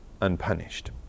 unpunished